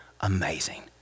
amazing